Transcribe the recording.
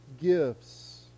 gifts